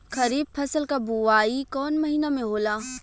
खरीफ फसल क बुवाई कौन महीना में होला?